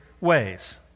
ways